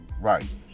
Right